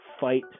fight